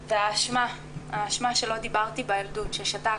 והאשמה, האשמה שלא דיברתי בילדות, ששתקתי,